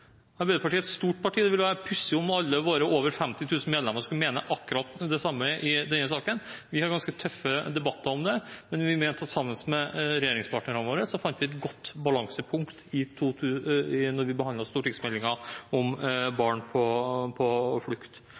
Arbeiderpartiet. Arbeiderpartiet er et stort parti. Det ville være pussig om alle våre over 50 000 medlemmer skulle mene akkurat det samme i denne saken. Vi har ganske tøffe debatter om det, men vi mener at sammen med regjeringspartnerne våre fant vi et godt balansepunkt da vi behandlet stortingsmeldingen Barn på flukt.